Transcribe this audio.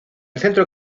centro